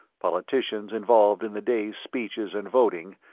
politicians involved in the day's speeches and voting,